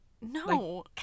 no